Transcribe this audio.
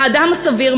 האדם הסביר,